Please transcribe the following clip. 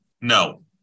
No